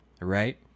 right